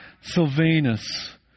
Sylvanus